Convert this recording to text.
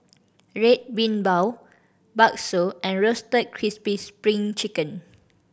Red Bean Bao bakso and Roasted Crispy Spring Chicken